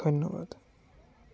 ধন্যবাদ